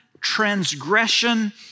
transgression